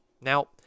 Now